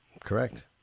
Correct